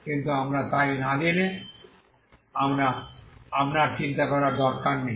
কিন্তু আমরা তাই না দিলে আপনার চিন্তা করার দরকার নেই